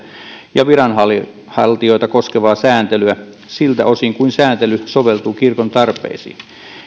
ja viranhaltijoita koskevaa sääntelyä siltä osin kuin sääntely soveltuu kirkon tarpeisiin